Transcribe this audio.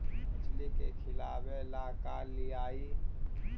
मछली के खिलाबे ल का लिअइ?